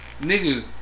Nigga